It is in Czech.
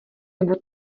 nebo